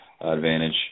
advantage